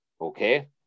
okay